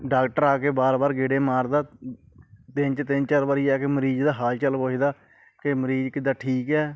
doctor ਆ ਕੇ ਬਾਰ ਬਾਰ ਗੇੜੇ ਮਾਰਦਾ ਦਿਨ 'ਚ ਤਿੰਨ ਚਾਰ ਵਾਰੀ ਜਾ ਕੇ ਮਰੀਜ਼ ਦਾ ਹਾਲ ਚਾਲ ਪੁੱਛਦਾ ਕਿ ਮਰੀਜ਼ ਕਿੱਦਾਂ ਠੀਕ ਹੈ